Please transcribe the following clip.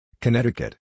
Connecticut